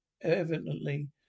evidently